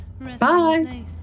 Bye